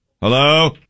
Hello